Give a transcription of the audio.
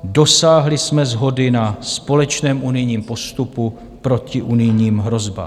Dosáhli jsme shody na společném unijním postupu proti unijním hrozbám.